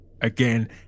again